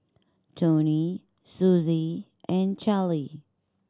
Toni Sussie and Charlee